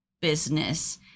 business